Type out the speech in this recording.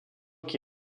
qui